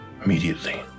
Immediately